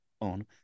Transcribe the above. on